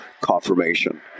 confirmation